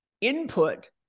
input